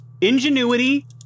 Ingenuity